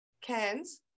cans